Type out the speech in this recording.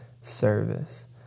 service